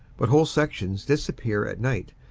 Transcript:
but whole sections disappear at night,